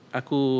aku